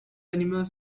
animals